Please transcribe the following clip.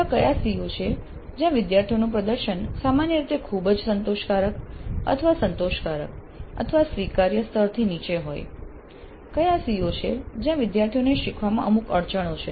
એવા કયા CO છે જ્યાં વિદ્યાર્થીઓનું પ્રદર્શન સામાન્ય રીતે ખૂબ જ સંતોષકારક અથવા સંતોષકારક અથવા સ્વીકાર્ય સ્તરથી નીચે હોય કયા CO છે જ્યાં વિદ્યાર્થીઓને શીખવામાં અમુક અડચણો છે